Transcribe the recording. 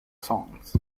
songs